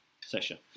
session